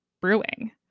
brewing